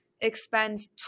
expends